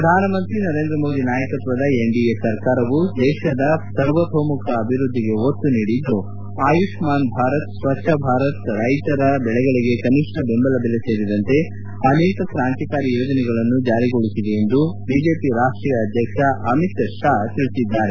ಪ್ರಧಾನಮಂತ್ರಿ ನರೇಂದ್ರ ಮೋದಿ ನಾಯಕತ್ವದ ಎನ್ಡಿಎ ಸರ್ಕಾರವು ದೇಶದ ಸರ್ವತೋಮುಖ ಅಭಿವೃದ್ದಿಗೆ ಒತ್ತು ನೀಡಿದ್ದು ಆಯುಷ್ಮಾನ್ ಭಾರತ್ ಸ್ವಚ್ದ ಭಾರತ್ ರೈತರ ಬೆಳೆಗಳಿಗೆ ಕನಿಷ್ಠ ಬೆಂಬಲ ಬೆಲೆ ಸೇರಿದಂತೆ ಅನೇಕ ಕಾಂತಿಕಾರಿ ಯೋಜನೆಗಳನ್ನು ಜಾರಿಗೊಳಿಸಿದೆ ಎಂದು ಬಿಜೆಪಿ ರಾಷ್ವೀಯ ಅಧ್ಯಕ್ಷ ಅಮಿತ್ ಷಾ ತಿಳಿಸಿದ್ದಾರೆ